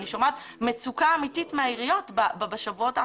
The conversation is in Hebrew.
אני שומעת מצוקה אמיתית מהעיריות בשבועות האחרונים.